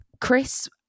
Chris